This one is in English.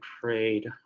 trade